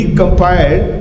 compiled